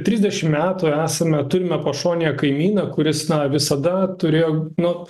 trisdešim metų esame turime pašonėje kaimyną kuris na visada turėjo nu